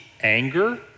anger